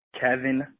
Kevin